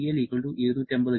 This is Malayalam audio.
TL 280 K